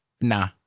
Nah